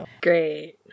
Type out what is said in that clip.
Great